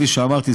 כפי שאמרתי,